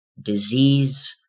disease